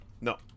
no